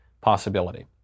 possibility